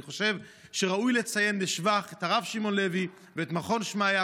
ראוי לציין לשבח את הרב שמעון לוי ואת מכון שמעיה,